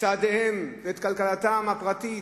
צעדיהם ואת כלכלתם הפרטית